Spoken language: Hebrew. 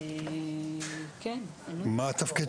בבקשה.